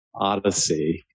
odyssey